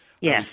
Yes